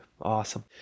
Awesome